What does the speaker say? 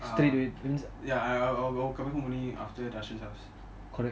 தெறித்து:terithu